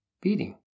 beating